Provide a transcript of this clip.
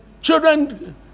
children